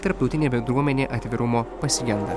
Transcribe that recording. tarptautinė bendruomenė atvirumo pasigenda